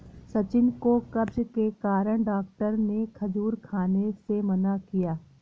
सचिन को कब्ज के कारण डॉक्टर ने खजूर खाने से मना किया